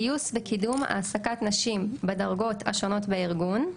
גיוס וקידום העסקת נשים בדרגות השונות בארגון.